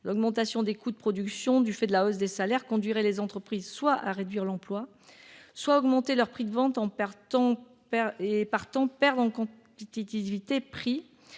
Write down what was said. L'augmentation des coûts de production du fait de la hausse des salaires conduirait les entreprises soit à réduire l'emploi, soit à augmenter leurs prix de vente, et, partant, à perdre en compétitivité-prix,